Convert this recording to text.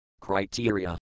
criteria